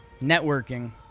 Networking